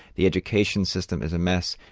the education system is a mess.